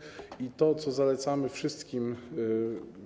I jeśli chodzi o to, co zalecamy